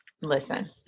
listen